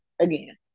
again